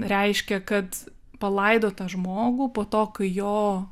reiškia kad palaidotą žmogų po to kai jo